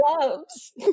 loves